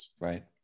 Right